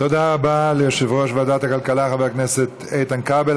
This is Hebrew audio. תודה רבה ליושב-ראש ועדת הכלכלה חבר הכנסת איתן כבל.